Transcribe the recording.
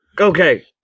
okay